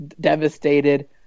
devastated